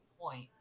point